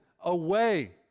away